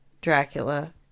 Dracula